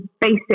basic